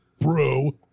Bro